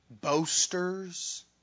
boasters